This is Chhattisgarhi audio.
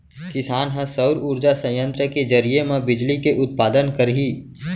किसान ह सउर उरजा संयत्र के जरिए म बिजली के उत्पादन करही